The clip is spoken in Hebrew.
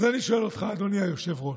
אז אני שואל אותך, אדוני היושב-ראש: